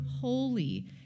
holy